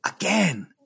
again